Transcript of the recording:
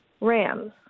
Rams